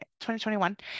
2021